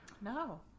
no